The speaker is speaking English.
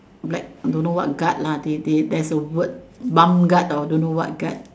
black don't know what guard lah they they there's a word mom guard or don't know what guard